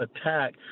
attack